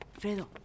Fredo